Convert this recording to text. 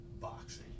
boxing